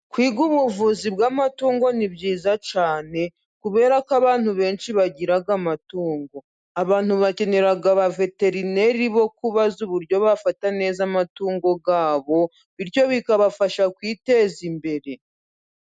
Kwiga ubuvuzi bw'amatungo ni byiza cyane kubera ko abantu benshi bagira amatungo. Abantu bakenera aba veterineri bo kubaza uburyo bafata neza amatungo yabo bityo bikabafasha kwiteza imbere.